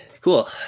Cool